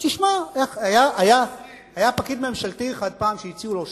היה פעם פקיד ממשלתי אחד שהציעו לו שוחד,